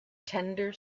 tender